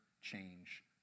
change